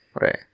Right